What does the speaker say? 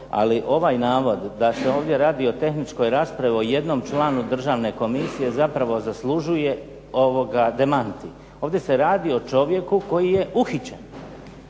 Ali ovaj navod da se ovdje radi o tehničkoj raspravi o jednom članu državne komisije zapravo zaslužuje demanti. Ovdje se radi o čovjeku koji je uhićen.